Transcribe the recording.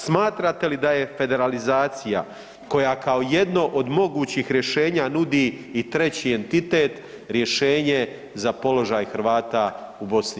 Smatrate li da je federalizacija koja kao jedno od mogućih rješenja nudi i treći entitet, rješenje za položaj Hrvata u BiH?